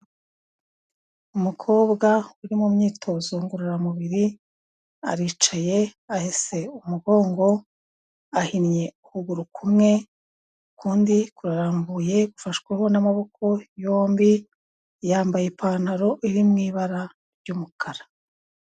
Umukobwa uri mu myitozo ngororamubiri, aricaye ahese umugongo, ahinnye ukuguru kumwe, ukundi kurambuye gufashwaweho n'amaboko yombi, yambaye ipantaro iri mu ibara ry'umukara.